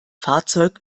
fahrzeug